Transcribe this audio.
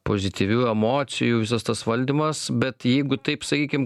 pozityvių emocijų visas tas valdymas bet jeigu taip sakykim